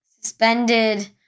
suspended